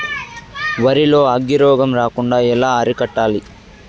వరి లో అగ్గి రోగం రాకుండా ఎలా అరికట్టాలి?